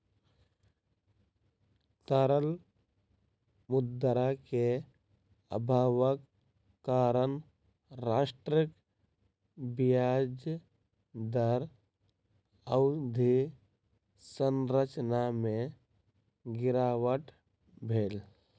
तरल मुद्रा के अभावक कारण राष्ट्रक ब्याज दर अवधि संरचना में गिरावट भेल